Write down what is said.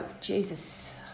Jesus